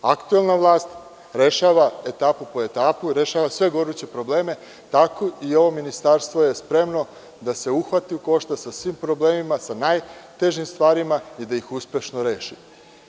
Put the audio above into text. Aktuelna vlast rešava etapu po etapu, rešava sve goruće probleme, tako i ovo Ministarstvo je spremno da se uhvati u koštac sa svim problemima, sa najtežim stvarima i da ih uspešno reši.